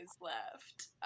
left